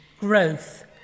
growth